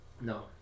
no